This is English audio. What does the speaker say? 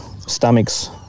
stomachs